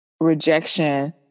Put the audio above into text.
rejection